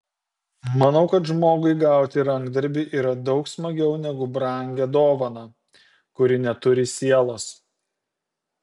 manau kad žmogui gauti rankdarbį yra daug smagiau negu brangią dovaną kuri neturi sielos